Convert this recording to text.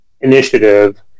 initiative